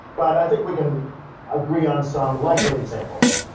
but, i think we can agree on some likely examples.